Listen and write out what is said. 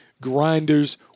grinders